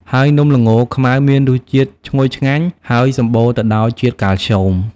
ហើយនំល្ងខ្មៅមានរសជាតិឈ្ងុយឆ្ងាញ់ ហើយសម្បូរទៅដោយជាតិកាល់ស្យូម។